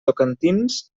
tocantins